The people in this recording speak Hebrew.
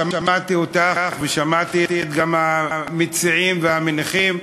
שמעתי אותך ושמעתי גם את המציעים והמניחים.